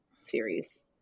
series